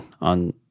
on